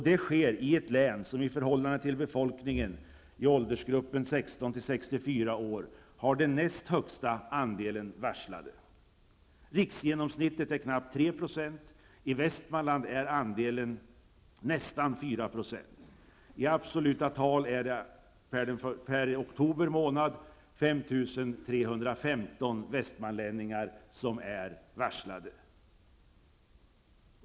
Det sker i ett län som i förhållande till befolkningen i åldersgruppen 16-- Riksgenomsnittet är knappt 3 %, i Västmanland är andelen nästan 4 %. I absoluta tal är det oktober månad 5 315 västmanlänningar som är varslade.